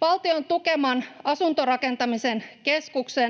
Valtion tukeman asuntorakentamisen keskusta